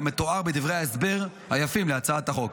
כמתואר בדברי ההסבר היפים להצעת חוק.